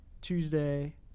Tuesday